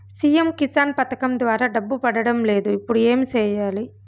CM Kisan పథకం ద్వారా డబ్బు పడడం లేదు ఇప్పుడు ఏమి సేయాలి